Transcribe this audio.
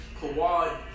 Kawhi